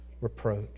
reproach